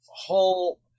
whole